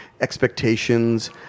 expectations